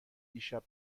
دیشب